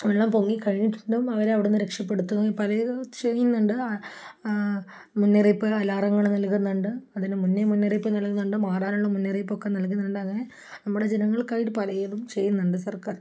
വെള്ളം പൊങ്ങിക്കഴിഞ്ഞിട്ടുണ്ടെങ്കില് അവരെ അവിടെനിന്ന് രക്ഷപ്പെടുത്തുന്നു പലതും ചെയ്യുന്നുണ്ട് മുന്നറിയിപ്പ് അലാറങ്ങള് നൽകുന്നുണ്ട് അതിന് മുന്നേ മുന്നറിയിപ്പ് നൽകുന്നുണ്ട് മാറാനുള്ള മുന്നറിയിപ്പൊക്കെ നൽകുന്നുണ്ട് അങ്ങനെ നമ്മുടെ ജനങ്ങൾക്കായിട്ട് പലതും ചെയ്യുന്നുണ്ട് സർക്കാർ